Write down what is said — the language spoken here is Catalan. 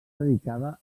dedicada